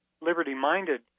liberty-minded